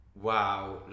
Wow